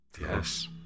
Yes